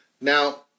Now